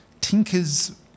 tinkers